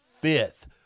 fifth